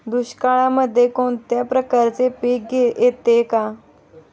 दुष्काळामध्ये कोणत्या प्रकारचे पीक येते का?